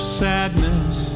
sadness